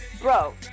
bro